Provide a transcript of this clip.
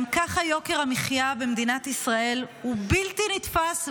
גם ככה יוקר המחיה במדינת ישראל הוא בלתי נתפס,